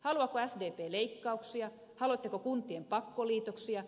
haluaako sdp leikkauksia haluatteko kuntien pakkoliitoksia